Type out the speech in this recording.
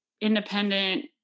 independent